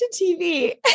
TV